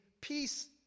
peace